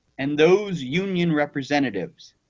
and those union representatives,